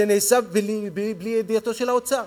זה נעשה בלי ידיעתו של האוצר